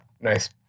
nice